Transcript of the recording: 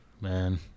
man